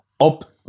up